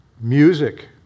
music